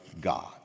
God